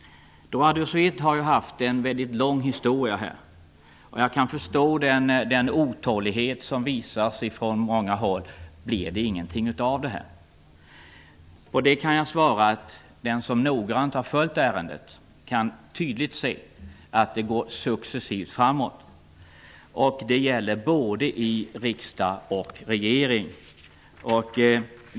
Det finns en mycket lång historia med ''droit de suite''. Jag kan förstå den otålighet som visas från många håll. Man frågar sig: Blir det ingenting av detta? På det kan jag svara att den som noggrant har följt ärendet tydligt kan se att det successivt går framåt. Det gäller både i riksdag och regering.